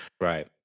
right